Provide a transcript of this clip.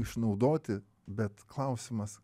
išnaudoti bet klausimas